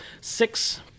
six